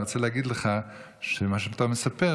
ואני רוצה להגיד לך שמה שאתה מספר,